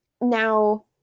now